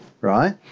right